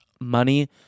money